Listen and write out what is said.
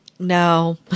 No